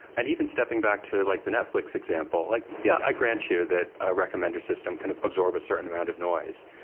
and even stepping back to like the netflix example, like yeah i grant you that a recommender system can kind of absorb a certain amount of noise.